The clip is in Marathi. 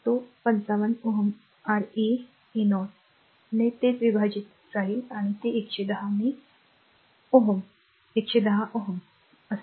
तो 55 Ω R a a0 ने तेच विभाजित राहील ते 110 ने a Ω असेल